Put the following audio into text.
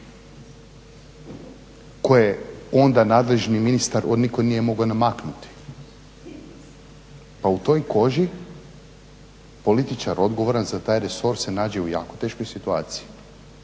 koje onda nadležni ministar od nikud nije mogao namaknuti, a u toj koži političar odgovoran za taj resor se nađe u jako teškoj situaciji